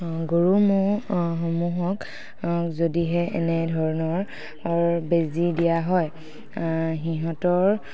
গৰু ম'হসমূহক যদিহে এনেধৰণৰ বেজি দিয়া হয় সিহঁতৰ